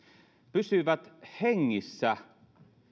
pysyvät hengissä